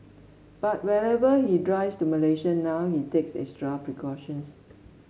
but whenever he drives to Malaysia now he takes extra precautions